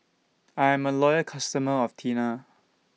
I Am A Loyal customer of Tena